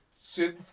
synth